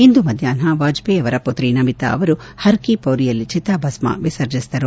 ಇಂದು ಮಧ್ಯಾಹ್ನ ವಾಜಪೇಯಿ ಪುತ್ರಿ ನಮಿತ ಅವರು ಹರ್ ಕಿ ಪೌರಿಯಲ್ಲಿ ಚಿತಾಭಸ್ವನ್ನು ವಿಸರ್ಜಿಸಿದರು